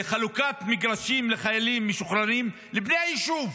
חלוקת מגרשים לחיילים משוחררים לבני היישוב.